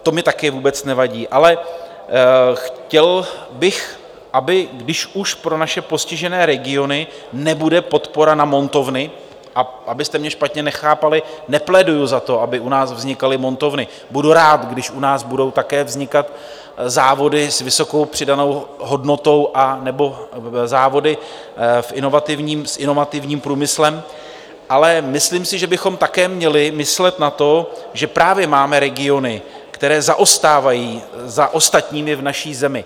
To mi také vůbec nevadí, ale chtěl bych, aby, když už pro naše postižené regiony nebude podpora na montovny a abyste mě špatně nechápali, nepléduju za to, aby u nás vznikaly montovny, budu rád, když u nás budou také vznikat závody s vysokou přidanou hodnotou nebo závody s inovativním průmyslem ale myslím si, že bychom také měli myslet na to, že právě máme regiony, které zaostávají za ostatními v naší zemi.